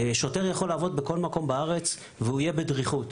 שוטר יכול לעבוד בכל מקום בארץ ולהיות בדריכות,